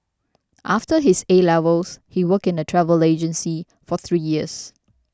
after his A levels he worked in a travel agency for three years